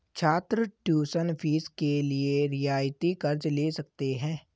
छात्र tuition fee के लिए रियायती कर्ज़ ले सकते हैं